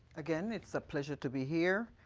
again, it's a pleasure to be here.